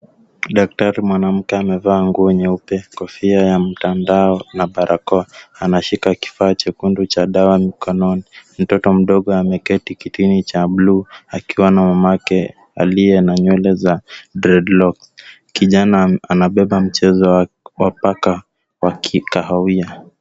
Daktari mwanamke amevaa nguo nyeupe, kofia ya mtandao na barakoa. Anashika kifaa chekundu cha dawa mkononi. Mtoto mdogo ameketi kitini cha buluu akiwa na mamake, aliye na nywele za dreadlocks. Kijana anabeba mchezo wa paka wa kikahawia.